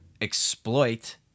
exploit